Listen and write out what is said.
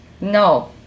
No